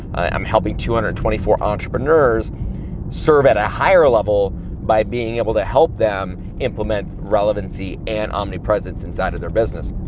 i'm helping two hundred and twenty four entrepreneurs serve at a higher level by being able to help them implement relevancy, and omnipresence, inside of their business.